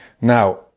Now